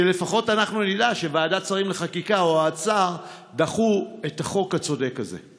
שלפחות אנחנו נדע שוועדת שרים לחקיקה או האוצר דחו את החוק הצודק הזה.